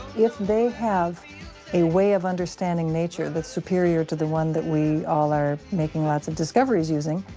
if they have a way of understanding nature that's superior to the one that we all are making lots of discoveries using,